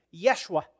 Yeshua